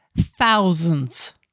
thousands